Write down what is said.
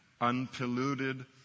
unpolluted